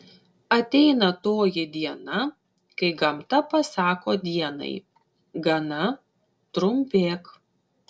ateina toji diena kai gamta pasako dienai gana trumpėk